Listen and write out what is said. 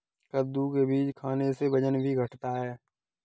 कद्दू के बीज खाने से वजन भी घटता है